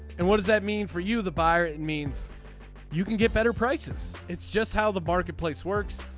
and what does that mean for you the buyer means you can get better prices. it's just how the marketplace works.